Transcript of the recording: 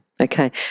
Okay